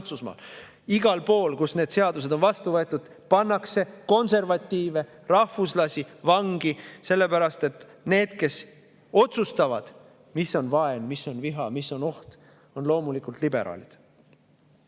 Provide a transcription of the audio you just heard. Igal pool, kus need seadused on vastu võetud, pannakse konservatiive, rahvuslasi vangi, sellepärast et need, kes otsustavad, mis on vaen, mis on viha, mis on oht, on loomulikult liberaalid.